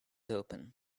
open